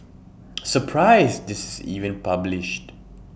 surprised this is even published